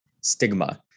stigma